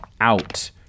out